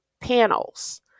panels